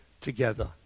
together